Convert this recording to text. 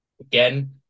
Again